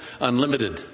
unlimited